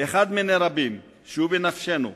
אחד מני רבים שהוא בנפשנו,